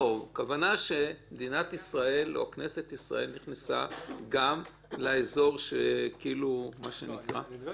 הכוונה שכנסת ישראל נכנסה לאזור- -- יש שני